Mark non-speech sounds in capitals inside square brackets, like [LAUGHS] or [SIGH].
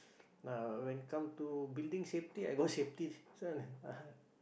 ah when it comes to building safety I got safety this one [LAUGHS]